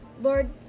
Lord